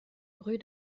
rue